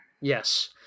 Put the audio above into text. Yes